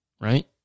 Right